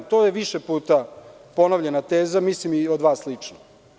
To je više puta ponovljena teza, mislim i od vas lično.